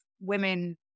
women